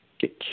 get